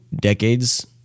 decades